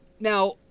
Now